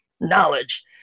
knowledge